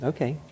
Okay